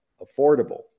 affordable